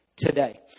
Today